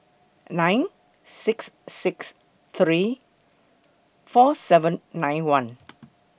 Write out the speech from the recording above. nine six six three four seven nine one